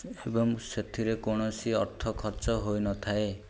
ଏବଂ ସେଥିରେ କୌଣସି ଅର୍ଥ ଖର୍ଚ୍ଚ ହୋଇନଥାଏ